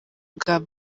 bwa